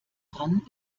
dran